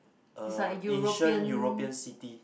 uh Asian European city